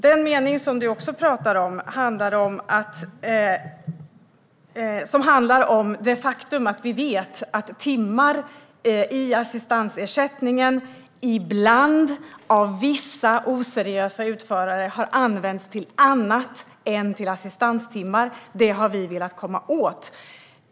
Den mening som du tog upp handlar om det faktum att vi vet att timmar i assistansersättningen ibland av vissa oseriösa utförare har använts till annat än till assistanstimmar. Det har vi velat komma åt.